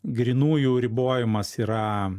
grynųjų ribojimas yra